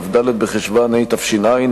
כ"ד בחשוון התש"ע,